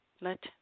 let